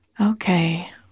Okay